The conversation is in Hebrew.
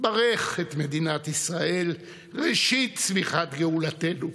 ברך את מדינת ישראל ראשית צמיחת גאולתנו.